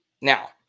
Now